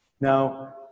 Now